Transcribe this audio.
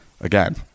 again